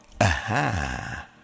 Aha